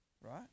right